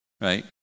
right